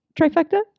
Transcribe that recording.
trifecta